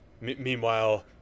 Meanwhile